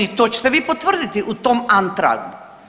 To ćete vi potvrditi u tom antragu.